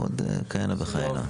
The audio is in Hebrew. ועוד כהנה וכהנה.